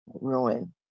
ruin